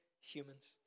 humans